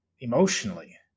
emotionally